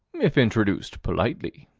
if introduced politely.